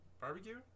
barbecue